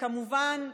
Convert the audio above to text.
כמובן,